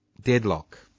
deadlock